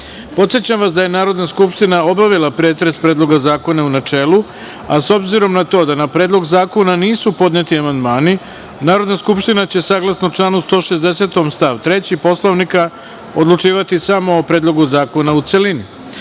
TAJNEPodsećam vas da je Narodna skupština obavila pretres Predloga zakona u načelu, a s obzirom na to da na Predlog zakona nisu podneti amandmani, Narodna skupština će, saglasno članu 160. stav 3. Poslovnika, odlučivati samo o Predlogu zakona u